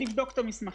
לבדוק את המסמכים,